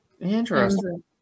Interesting